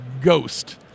Ghost